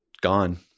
gone